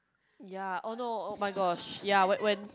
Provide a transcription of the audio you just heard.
ya oh no oh-my-gosh ya when when